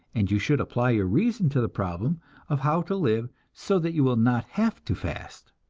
and you should apply your reason to the problem of how to live so that you will not have to fast.